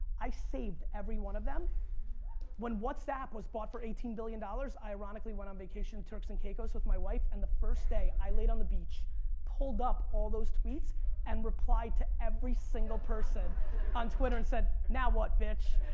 i saved every one of them when whatapp was bought for eighteen billion dollars ironically when i'm on vacation in turks and caicos with my wife and the first day i laid on the beach pulled up all those tweets and replied to every single person on twitter and said, now what bitch?